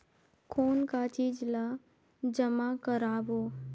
कौन का चीज ला जमा करवाओ?